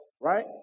Right